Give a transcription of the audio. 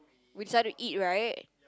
we decided to eat right